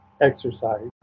exercise